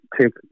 take